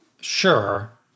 sure